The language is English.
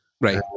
right